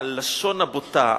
הלשון הבוטה,